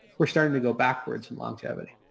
we're starting to go backwards in longevity.